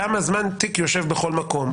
כמה זמן תיק יושב בכל מקום.